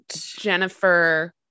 Jennifer